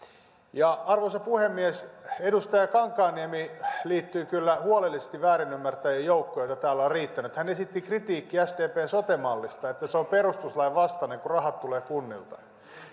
arvoisa puhemies edustaja kankaanniemi liittyi kyllä huolellisesti väärinymmärtäjien joukkoon joita täällä on riittänyt hän esitti kritiikkiä sdpn sote mallista että se on perustuslain vastainen kun rahat tulevat kunnilta